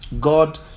God